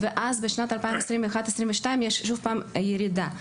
ובשנת 2022-2021 יש שוב ירידה.